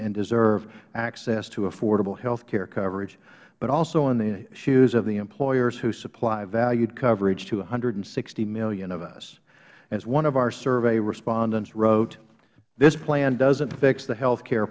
and deserve access to affordable health care coverage but also in the shoes of the employers who supply valued coverage to one hundred and sixty million of us as one of our survey respondents wrote this plan doesn't fix the health care